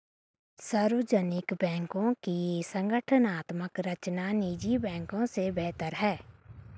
सार्वजनिक बैंकों की संगठनात्मक संरचना निजी बैंकों से बेहतर है